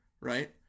right